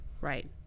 Right